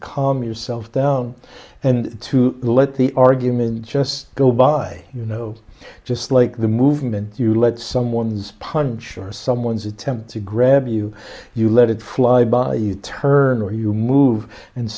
calm yourself down and to let the argument just go by you know just like the movement you let someone's punch or someone's attempt to grab you you let it fly by you turn or you move and